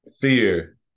fear